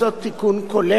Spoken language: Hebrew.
כי התיקון הכולל,